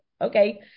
okay